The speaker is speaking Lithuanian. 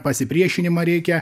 pasipriešinimą reikia